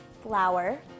flour